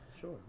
Sure